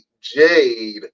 Jade